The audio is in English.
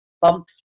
bumps